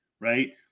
right